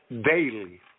daily